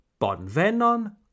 bonvenon